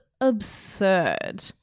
absurd